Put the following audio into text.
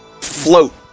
float